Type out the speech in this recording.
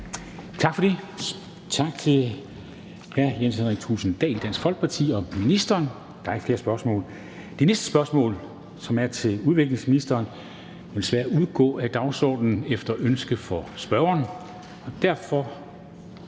Tak til hr. Jens Henrik Thulesen Dahl, Dansk Folkeparti, og til ministeren. Der er ikke flere spørgsmål. Det næste spørgsmål, som er til udviklingsministeren, vil desværre udgå af dagsordenen efter ønske fra spørgeren.